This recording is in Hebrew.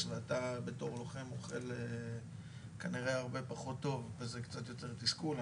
ואתה כלוחם אוכל פחות טוב זה יוצר תסכול.